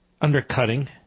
undercutting